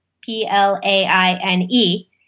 P-L-A-I-N-E